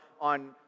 on